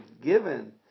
given